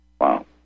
Wow